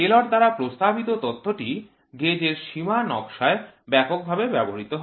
Taylor দ্বারা প্রস্তাবিত তত্ত্বটি গেজের সীমা নকশায় ব্যাপকভাবে ব্যবহৃত হয়